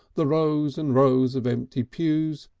the rows and rows of empty pews,